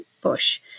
bush